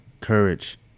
courage